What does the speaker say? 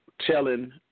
telling